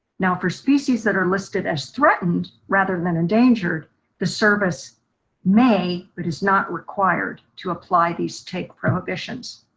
now, for species that are listed as threatened rather than endangered the service may, but is not required to apply these take prohibitions.